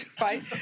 right